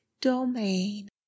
domain